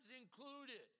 included